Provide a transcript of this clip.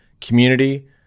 community